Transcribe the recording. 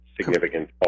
significant